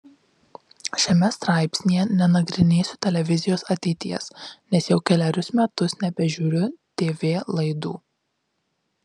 šiame straipsnyje nenagrinėsiu televizijos ateities nes jau kelerius metus nebežiūriu tv laidų